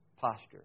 posture